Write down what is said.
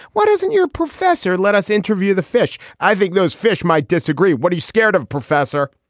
what doesn't your professor let us interview the fish? i think those fish might disagree. what are you scared of, professor?